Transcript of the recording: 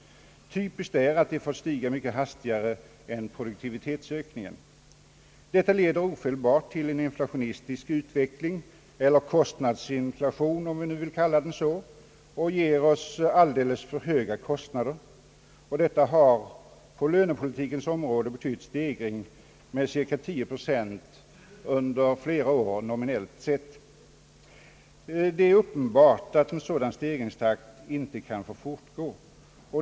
Typiskt är att de fått stiga mycket hastigare än produktivitetsökningen. Detta leder ofelbart till en inflationistisk utveckling eller kostnadsinflation, om man vill kalla den så, och ger oss alldeles för höga kostnader. Detta har på lönepolitikens område betytt stegringar med 10 procent under flera år nominellt sett. Det är uppenbart att en sådan stegringstakt inte kan få fortgå.